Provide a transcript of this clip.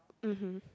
mmhmm